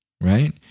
right